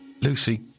Lucy